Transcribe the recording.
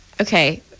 okay